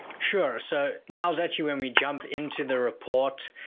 sure, so now's actually when we jump into the report.